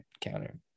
counter